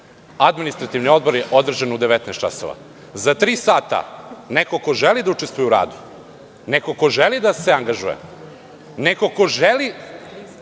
sata. Administrativni odbor je održan u 19,00 časova. Za tri sata neko ko želi da učestvuje u radu, neko ko želi da se angažuje, neko ko želi